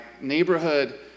neighborhood